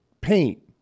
paint